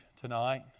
tonight